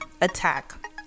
attack